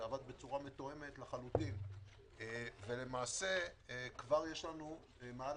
זה עבד בצורה מתואמת לחלוטין ולמעשה כבר יש לנו מעל